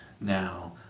now